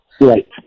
Right